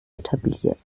etabliert